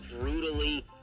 brutally